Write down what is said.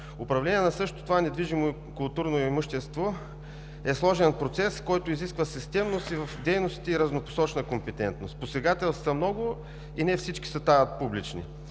Управлението на същото това културно имущество е сложен процес, който изисква системност и в дейностите – и разнопосочна компетентност. Посегателства много, и не всички стават публични.